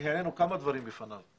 העלינו כמה דברים בפניו.